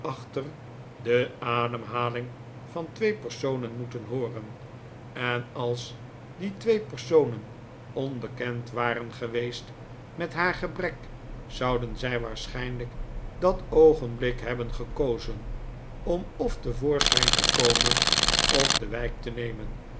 de ademhaling van twee personen moeten hooren en als die twee personen onbekend waren geweest met haar gebrek zouden zij waarschijnlijk dat oogenblik hebben gekozen om f te voorschijn te komen of de wijk te nemen